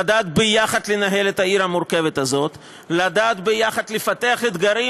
לדעת ביחד לנהל את העיר המורכבת הזאת ולדעת ביחד לפתח אתגרים,